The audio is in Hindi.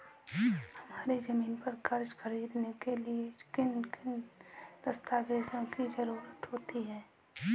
हमारी ज़मीन पर कर्ज ख़रीदने के लिए किन किन दस्तावेजों की जरूरत होती है?